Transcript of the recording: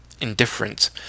indifferent